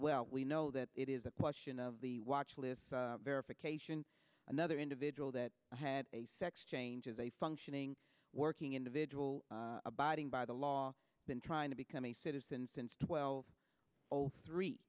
well we know that it is a question of the watch list verification another individual that had a sex change is a functioning working individual abiding by the law than trying to become a citizen since twelve o three